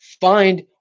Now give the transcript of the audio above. find